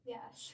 Yes